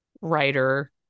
writer